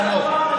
חנוך?